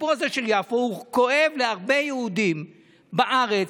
הסיפור הזה של יפו כואב להרבה יהודים בארץ,